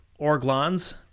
Orglans